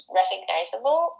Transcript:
recognizable